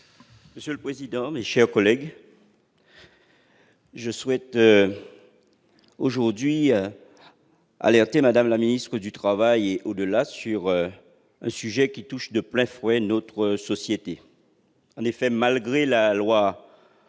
Monsieur le président, mes chers collègues, je souhaite aujourd'hui alerterMme la ministre du travail- entre autres ! -sur un sujet qui touche de plein fouet notre société. Malgré la loi